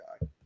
guy